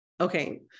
Okay